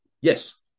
Yes